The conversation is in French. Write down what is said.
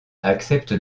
accepte